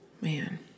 man